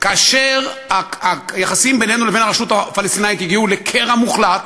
וכאשר היחסים בינינו לבין הרשות הפלסטינית הגיעו לקרע מוחלט,